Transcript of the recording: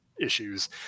issues